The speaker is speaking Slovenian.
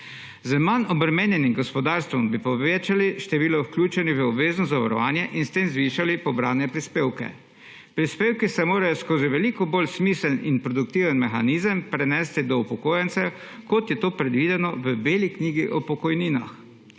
Z manj obremenjenim gospodarstvom bi povečali število vključenih v obvezno zavarovanje in s tem zvišali pobrane prispevke. Prispevki se morajo skozi veliko bolj smiseln in produktiven mehanizem prenesti do upokojencev, kot je to predvideno v beli knjigi o pokojninah.